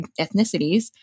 ethnicities